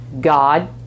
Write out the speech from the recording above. God